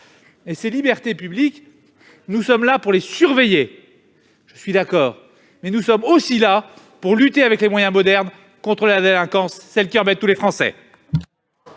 ! Ces libertés publiques, nous sommes là pour les protéger, je suis d'accord, mais nous sommes également là pour lutter, avec les moyens modernes, contre la délinquance, celle qui embête tous les Français